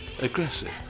aggressive